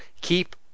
keep